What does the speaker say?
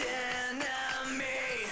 enemy